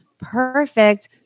Perfect